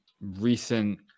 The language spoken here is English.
recent